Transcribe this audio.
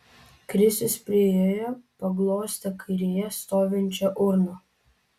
krisius priėjo paglostė kairėje stovinčią urną